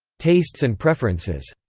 tastes and preferences,